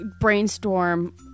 brainstorm